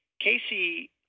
Casey